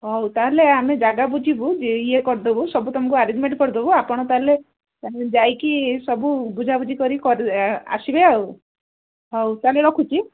ହଉ ତା'ହେଲେ ଆମେ ଜାଗା ବୁଝିବୁ ଇଏ କରିଦେବୁ ସବୁ ତୁମକୁ ଆରେଞ୍ଜମେଣ୍ଟ କରିଦେବୁ ଆପଣ ତା'ହେଲେ ଯାଇକି ସବୁ ବୁଝାବୁଝି କରିକି ଆସିବେ ଆଉ ହଉ ତାହେଲେ ରଖୁଛି